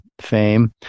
fame